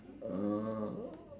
uh